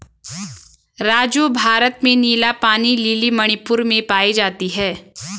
राजू भारत में नीला पानी लिली मणिपुर में पाई जाती हैं